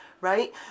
Right